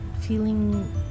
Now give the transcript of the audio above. feeling